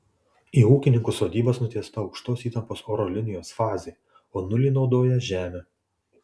į ūkininkų sodybas nutiesta aukštos įtampos oro linijos fazė o nulį naudoja žemę